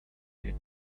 you